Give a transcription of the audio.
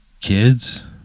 kids